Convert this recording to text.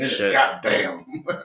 Goddamn